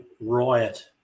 riot